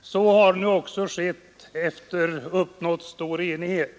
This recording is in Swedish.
Så har nu också skett efter uppnådd stor enighet.